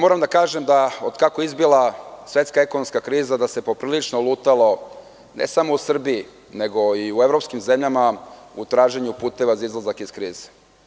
Moram da kažem da otkako je izbila svetska ekonomska kriza, da se poprilično lutalo ne samo u Srbiji, nego i u evropskim zemljama u traženju puta za izlazak iz krize.